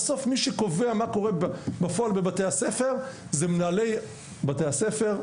בסוף מי שקובע מה קורה בפועל בבתי הספר זה מנהלי בתי הספר,